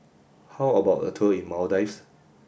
how about a tour in Maldives